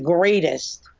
greatest,